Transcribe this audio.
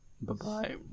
Bye-bye